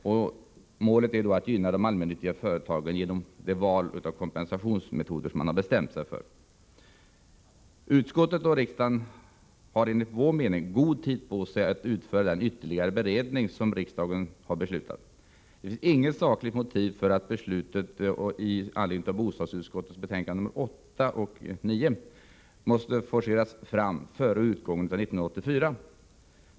Ett mål är att gynna de allmännyttiga företagen. Det framgår om man studerar vilka kompensationsmetoder som valts. Utskottet och riksdagen har enligt vår mening god tid på sig att företa den ytterligare beredning som riksdagen beslutat om. Det finns inget sakligt grundat motiv till att forcera fram ett beslut före utgången av 1984 i anledning av de förslag som framförs i bostadsutskottets betänkanden nr 8 och 9.